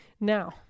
Now